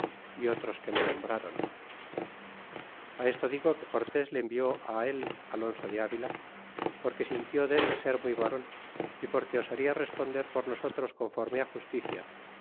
y otros que me nombrron a esto digo que cortés le envió el alonso de avila porque sintió dél ser muy varon y porque osaria responder por nosotros conforme justicia